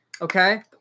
Okay